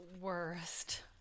worst